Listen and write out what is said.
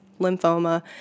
lymphoma